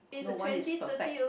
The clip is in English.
no one is perfect